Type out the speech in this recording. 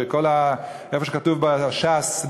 ובמקום שכתוב בש"ס,